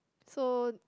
so